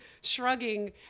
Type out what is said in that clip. shrugging